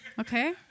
okay